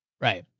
right